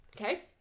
Okay